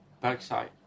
backside